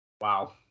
Wow